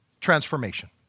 Transformation